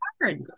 hard